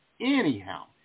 anyhow